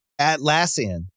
Atlassian